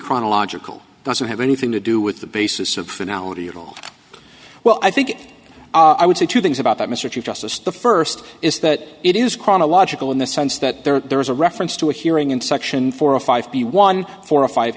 chronological doesn't have anything to do with the basis of analogy at all well i think i would say two things about that mr chief justice the first is that it is chronological in the sense that there is a reference to a hearing in section four or five be one four or five